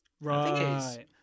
Right